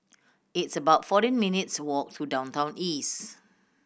it's about fourteen minutes' walk to Downtown East